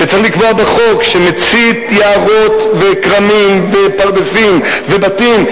שצריך לקבוע בחוק שמצית יערות וכרמים ופרדסים ובתים,